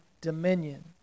dominion